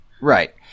Right